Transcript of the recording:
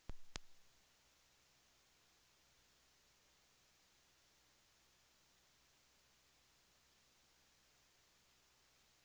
Det tror jag faktiskt inte.